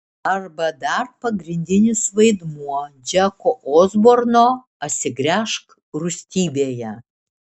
arba dar pagrindinis vaidmuo džeko osborno atsigręžk rūstybėje